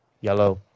yellow